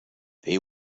they